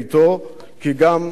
כי גם אבדה הבושה.